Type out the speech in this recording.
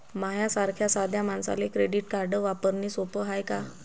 माह्या सारख्या साध्या मानसाले क्रेडिट कार्ड वापरने सोपं हाय का?